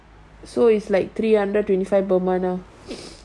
so is like three hundred twenty five per month lah